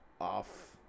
off